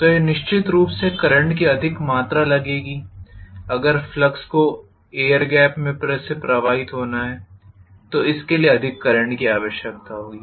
तो यह निश्चित रूप से करंट की अधिक मात्रा लगेगी अगर फ्लक्स को एयर गेप में से प्रवाहित होना है तो इसके लिए अधिक करंट की आवश्यकता होगी